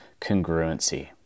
congruency